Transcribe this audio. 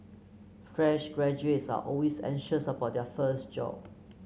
fresh graduates are always anxious about their first job